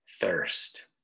thirst